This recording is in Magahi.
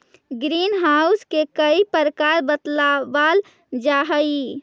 ग्रीन हाउस के कई प्रकार बतलावाल जा हई